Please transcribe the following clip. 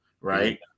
right